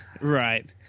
Right